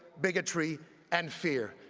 bigotry and fear.